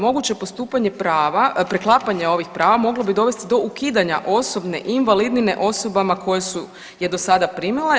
Moguće postupanje prava, preklapanje ovih prava moglo bi dovesti do ukidanja osobne invalidnine osobama koje su je do sada primale.